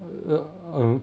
err hmm